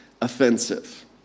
offensive